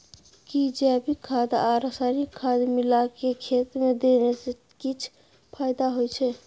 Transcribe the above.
कि जैविक खाद आ रसायनिक खाद मिलाके खेत मे देने से किछ फायदा होय छै?